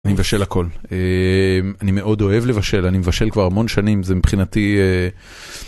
אני מבשל הכל, אני מאוד אוהב לבשל, אני מבשל כבר המון שנים, זה מבחינתי...